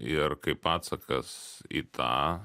ir kaip atsakas į tą